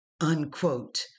unquote